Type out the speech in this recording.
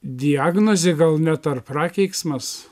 diagnozė gal net ar prakeiksmas